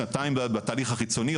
שנתיים בתהליך החיצוני,